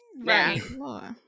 right